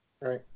Right